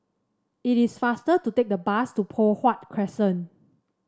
it is faster to take the bus to Poh Huat Crescent